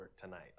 tonight